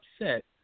upset